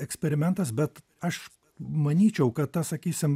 eksperimentas bet aš manyčiau kad ta sakysim